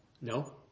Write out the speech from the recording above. No